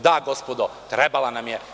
Da, gospodo, trebala nam je.